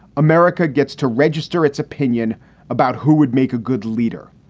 america gets to register its opinion about who would make a good leader.